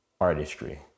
artistry